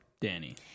Danny